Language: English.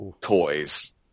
toys